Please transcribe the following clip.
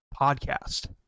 podcast